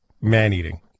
man-eating